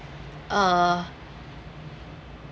err